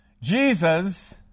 Jesus